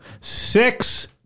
six